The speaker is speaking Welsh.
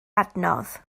adnodd